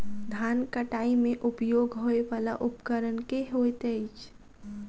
धान कटाई मे उपयोग होयवला उपकरण केँ होइत अछि?